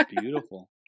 beautiful